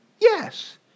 Yes